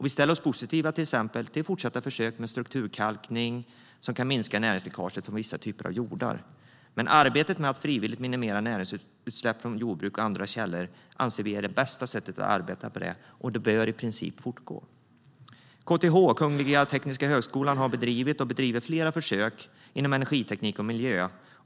Vi ställer oss till exempel positiva till fortsatta försök med strukturkalkning som kan minska näringsläckaget från vissa typer av jordar. Arbetet med att frivilligt minimera näringsutsläpp från jordbruk och andra källor anser vi är det bästa sättet att arbeta för det, och det bör i princip fortgå. KTH, Kungliga Tekniska högskolan, har bedrivit och bedriver flera försök inom energiteknik och miljö.